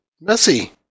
messy